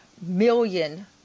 million